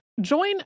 Join